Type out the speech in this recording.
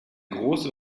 große